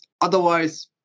Otherwise